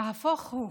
נהפוך הוא,